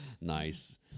Nice